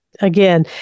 again